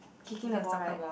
kicking the ball right